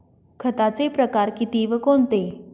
खताचे प्रकार किती व कोणते?